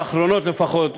האחרונות לפחות,